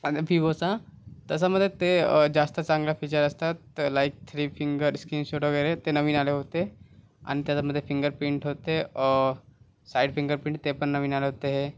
अनपीओचा त्याच्यामध्ये ते जास्त चांगल्या फीचर असतात तर like three fingers screen shot वगैरे ते नवीन आले होते आणि त्याच्यामध्ये फिंगर प्रिंट होते साईड फिंगर प्रिंट ते पण नवीन आले होते